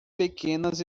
pequenas